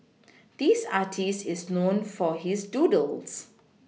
this artist is known for his doodles